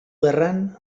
gerran